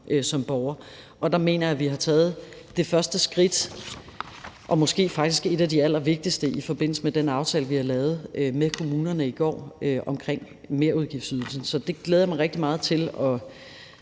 stavnsbundet. Og der mener jeg, vi har taget det første skridt, måske faktisk et af de allervigtigste, i forbindelse med den aftale, vi har lavet med kommunerne i går, om merudgiftsydelsen, så det glæder jeg mig rigtig meget til at